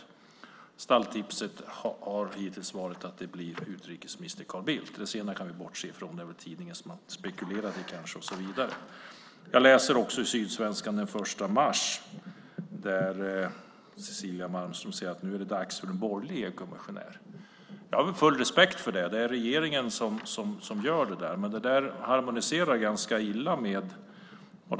Stalltipset har hittills varit att det blir utrikesminister Carl Bildt. Det senare kan vi bortse från. Det var tidningen som kanske spekulerade. Jag läste också i Sydsvenskan den 1 mars att Cecilia Malmström säger att det nu är dags för en borgerlig EU-kommissionär. Jag har full respekt för det. Det är regeringen som gör detta. Men det harmoniserar ganska illa med interpellationsdebatten.